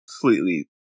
completely